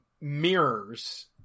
mirrors